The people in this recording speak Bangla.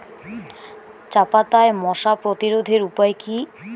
চাপাতায় মশা প্রতিরোধের উপায় কি?